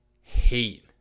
hate